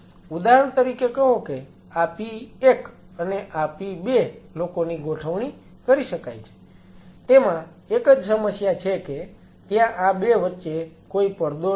ઉદાહરણ તરીકે કહો કે આ p1 અને આ p2 લોકોની ગોઠવણી કરી શકાય છે તેમાં એક જ સમસ્યા છે કે ત્યાં આ 2 વચ્ચે કોઈ પડદો નથી